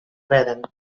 barren